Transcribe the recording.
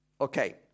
Okay